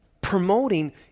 promoting